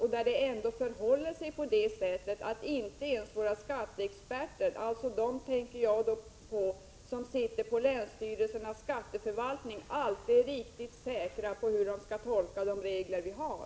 Det förhåller sig faktiskt på det sättet att inte ens våra skatteexperter — jag tänker på dem som sitter på länsstyrelsernas skatteförvaltningar — alltid är riktigt säkra på hur de skall tolka de regler vi har.